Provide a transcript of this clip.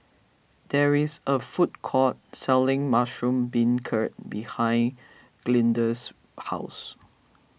there is a food court selling Mushroom Beancurd behind Glenda's house